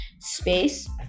Space